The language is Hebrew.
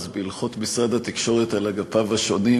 בהלכות משרד התקשורת על אגפיו השונים,